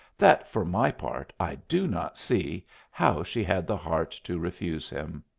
that for my part i do not see how she had the heart to refuse him.